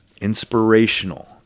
Inspirational